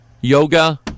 Yoga